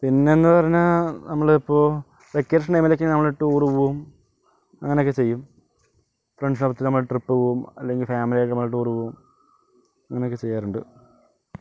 പിന്നെ എന്ന് പറഞ്ഞാൽ നമ്മളിപ്പോൾ വെക്കേഷൻ ടൈമിൽ ഒക്കെ നമ്മൾ ടൂർ പോകും അങ്ങനെയൊക്കെ ചെയ്യും ഫ്രെണ്ട്സ് ഒത്ത് നമ്മൾ ട്രിപ്പ് പോകും അല്ലെങ്കിൽ ഫാമിലിയായി നമ്മൾ ടൂർ പോകും അങ്ങനെയൊക്കെ ചെയ്യാറുണ്ട്